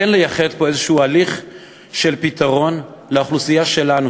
כן לייחד פה איזה הליך של פתרון לאוכלוסייה שלנו,